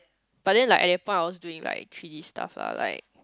but then like I've found doing like three-D stuff lah like